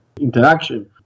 interaction